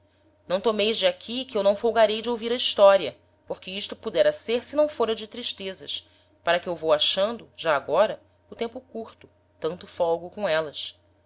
não tomeis de aqui que eu não folgarei de ouvir a historia porque isto pudera ser se não fôra de tristezas para que eu vou achando já agora o tempo curto tanto folgo com élas